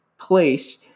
place